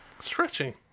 Stretching